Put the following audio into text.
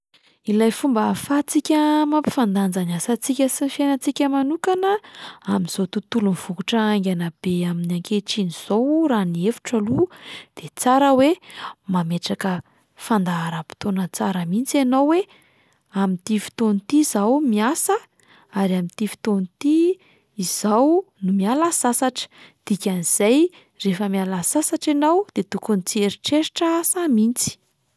Ilay fomba ahafahantsika mampifandanja ny asantsika sy ny fiainantsika manokana amin'izao tontolo mivoatra haingana be amin'ny ankehitriny izao raha ny hevitro aloha de tsara hoe mametraka fandaharam-potoana tsara mihitsy ianao hoe amin'ity fotoana ity izaho miasa ary amin'ity fotoana ity izaho no miala sasatra, dikan'izay rehefa miala sasatra ianao de tokony tsy hieritreritra asa mihitsy.